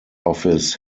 office